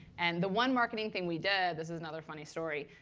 and the one marketing thing we did this is another funny story.